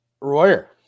Royer